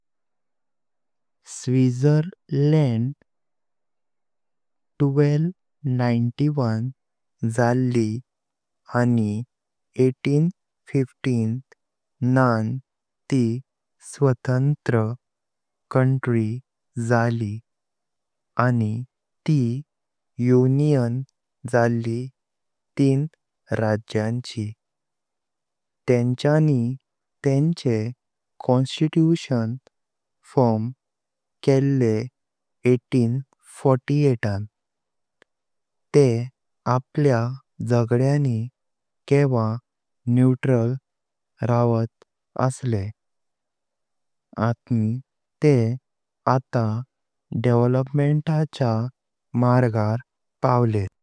स्विट्जरलैंड बाराशे एक्याणव साली आणि अठराशे पंधरा नंतर ती स्वतंत्र देश झाली आणि ती युनियन झाली तीन राज्यांची। तेनच्यानि तेनचे संविधान फॉर्म केलले अठराशे अठचाळीस। ते आपल्या झगड्यानी किवा न्यूट्रल राहतात असले। आणि ते आता विकासाच्या मार्गावर पावले।